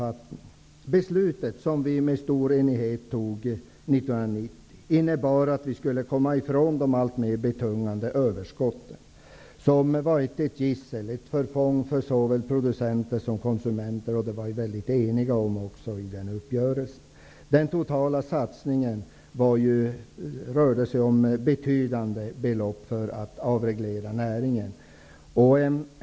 Det beslut som vi med stor enighet fattade 1990 innebar att vi skulle komma ifrån de alltmer betungande överskotten, som varit ett gissel, ett förfång för såväl producenter som konsumenter. Man var väldigt enig i uppgörelsen. Den totala satsningen för att avreglera näringen rörde sig om betydande belopp.